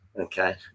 Okay